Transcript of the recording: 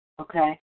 Okay